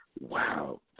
Wow